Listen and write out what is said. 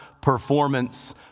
performance